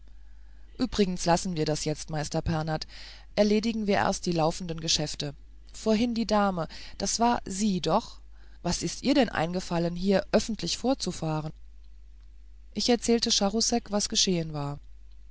übrigens lassen wir das jetzt meister pernath erledigen wir erst die laufenden geschäfte vorhin die dame das war sie doch was ist ihr denn eingefallen hier öffentlich vorzufahren ich erzählte charousek was geschehen war